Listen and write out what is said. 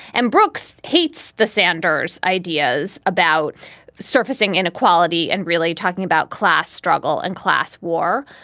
and brooks hates the sanders ideas about surfacing inequality and really talking about class struggle and class war.